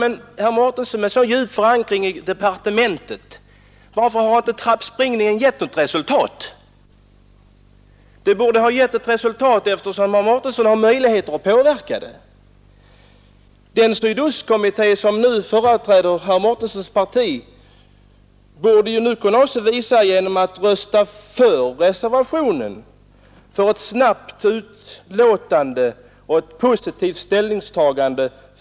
Med kännedom om herr Mårtenssons djupa förankring i departementet måste jag ställa frågan: Varför har inte trappspringet givit något resultat? Det borde ha givit resultat, eftersom herr Mårtensson har möjligheter att påverka bedömningen i kanslihuset. Den Sydöstskånekommitté, som nu företräder herr Mårtenssons parti, borde genom att rösta för reservationen medverka till ett snabbt och för Ystad positivt ställningstagande.